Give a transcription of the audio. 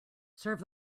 serve